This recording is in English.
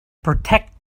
protect